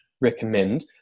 recommend